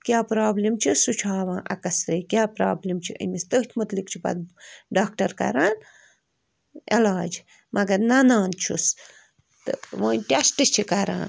کیٛاہ پرٛابلِم چھِ سُہ چھُ ہاوان اَٮ۪کٕسرے کیٛاہ پرٛابلِم چھِ أمِس تٔتھۍ متعلق چھِ پتہٕ ڈاکٹر کَران علاج مگر ننان چھُس تہٕ وۅنۍ ٹٮ۪سٹہٕ چھِ کَران